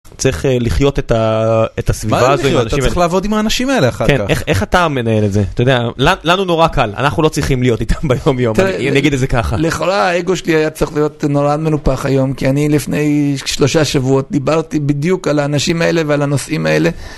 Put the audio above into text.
צריך לחיות את ה... את ההסביבה הזו, מה זה לחיות? אתה צריך לעבוד עם האנשים האלה אחר כך. כן, איך אתה מנהל את זה? אתה יודע... ל... לנו נורא קל, אנחנו לא צריכים להיות איתם ביום יום, נגיד את זה ככה. בכלל האגו שלי היה צריך להיות נורא מנופח היום, כי אני לפני שלושה שבועות דיברתי בדיוק על האנשים האלה ועל הנושאים האלה.